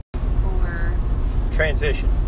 Transition